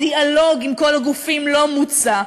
הדיאלוג עם כל הגופים לא מוצה.